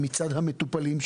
מצד המטופלים,